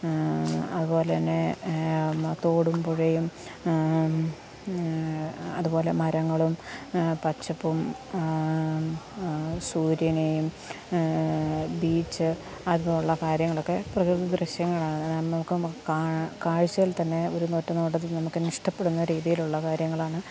അതുപോലെത്തന്നെ തോടും പുഴയും അതുപോലെ മരങ്ങളും പച്ചപ്പും സൂര്യനെയും ബീച്ച് അതുപോലുള്ള കാര്യങ്ങളൊക്കെ പ്രകൃതി ദൃശ്യങ്ങളാണ് നമുക്ക് കാഴ്ച്ചയിൽ തന്നെ ഒരു ഒറ്റ നോട്ടത്തിൽ നമുക്ക് അങ്ങ് ഇഷ്ടപ്പെടുന്ന രീതിയിലുള്ള കാര്യങ്ങളാണ്